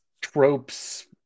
tropes